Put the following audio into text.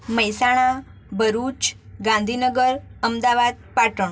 Mehsana Bharuch Gandhinagar Ahmedabad Patan